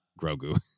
Grogu